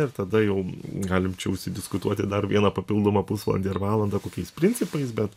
ir tada jau galim čia užsidiskutuoti dar vieną papildomą pusvalandį ar valandą kokiais principais bet